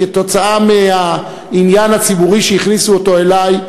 כתוצאה מהעניין הציבורי שהכניסו אותי אליו,